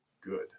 good